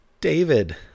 David